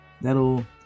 that'll